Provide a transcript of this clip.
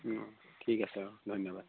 ঠিক আছে বাৰু ধন্যবাদ